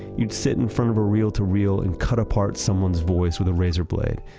you'd sit in front of a reel to reel and cut apart someone's voice with a razor blade.